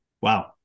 Wow